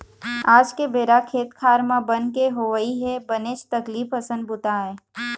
आज के बेरा खेत खार म बन के होवई ह बनेच तकलीफ असन बूता आय